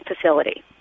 facility